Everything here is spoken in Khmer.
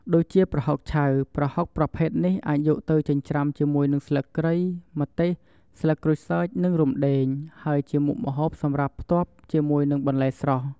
ដូចជាប្រហុកឆៅ ប្រហុកប្រភេទនេះអាចយកទៅចិញ្ច្រាំជាមួយនឹងស្លឹកគ្រៃ ម្ទេស ស្លឹកក្រូចសើច និងរំដេង ហើយជាមុខម្ហូបសម្រាប់ផ្ទាប់ជាមួយនឹងបន្លែស្រស់។